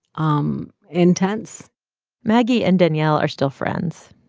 um intense maggie and daniel are still friends.